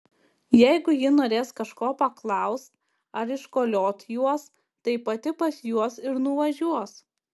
jeigu ji norės kažko paklaust ar iškoliot juos tai pati pas juos ir nuvažiuos